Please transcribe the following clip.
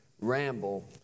ramble